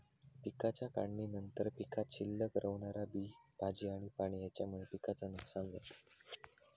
पिकाच्या काढणीनंतर पीकात शिल्लक रवणारा बी, भाजी आणि पाणी हेच्यामुळे पिकाचा नुकसान जाता